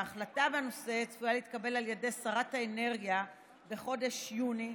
וההחלטה בנושא צפויה להתקבל על ידי שרת האנרגיה בחודש יוני.